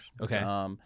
Okay